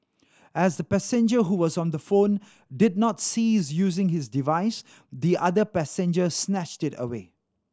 as the passenger who was on the phone did not cease using his device the other passenger snatched it away